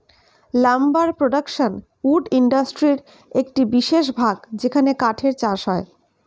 lumber production wood ইন্ডাস্ট্রির একটি বিশেষ ভাগ যেখানে কাঠের চাষ হয়